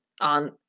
on